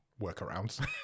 workarounds